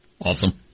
Awesome